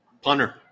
punter